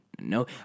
No